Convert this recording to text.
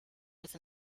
with